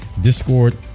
Discord